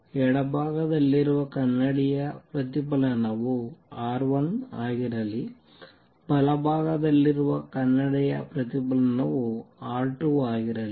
ಎಡಭಾಗದಲ್ಲಿರುವ ಕನ್ನಡಿಯ ಪ್ರತಿಫಲನವು R1 ಆಗಿರಲಿ ಬಲಭಾಗದಲ್ಲಿರುವ ಕನ್ನಡಿಯ ಪ್ರತಿಫಲನವು R2 ಆಗಿರಲಿ